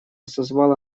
созвало